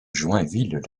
joinville